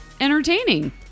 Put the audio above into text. entertaining